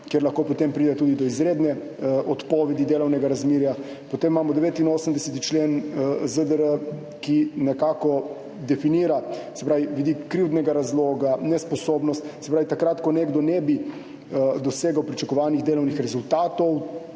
lahko potem pride tudi do izredne odpovedi delovnega razmerja. Potem imamo 89. člen ZDR, ki nekako definira vidik krivdnega razloga, nesposobnost, se pravi, takrat, ko nekdo ne bi dosegel pričakovanih delovnih rezultatov,